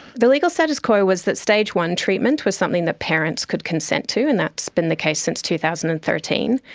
the legal status quo was that stage one treatment was something that parents could consent to, and that has been the case since two thousand and thirteen.